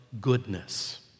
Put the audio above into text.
goodness